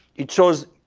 it shows,